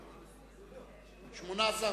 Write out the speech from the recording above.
מוקדם בוועדה שתקבע ועדת הכנסת נתקבלה.